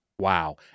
Wow